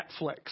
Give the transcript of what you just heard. Netflix